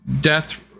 death